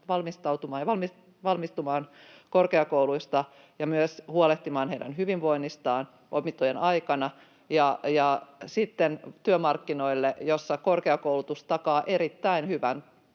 saamaan valmistumaan korkeakouluista — ja myös huolehtimaan heidän hyvinvoinnistaan opintojen aikana — ja sitten työmarkkinoille, jossa korkeakoulutus takaa erittäin hyvän